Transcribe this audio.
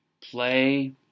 play